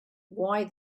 why